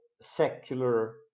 secular